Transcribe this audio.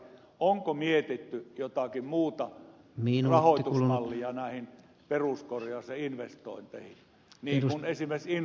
onko mietitty jotakin muuta rahoitusmallia näihin peruskorjauksiin ja investointeihin niin kuin esimerkiksi infrapuolella on